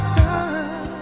time